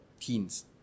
teens